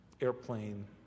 airplane